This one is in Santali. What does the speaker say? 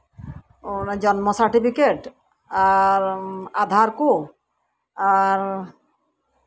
ᱚᱱᱟ ᱡᱚᱱᱢᱚ ᱥᱟᱨᱴᱤᱯᱷᱤᱠᱮᱴ ᱟᱨ ᱟᱫᱷᱟᱨ ᱠᱚ ᱟᱨ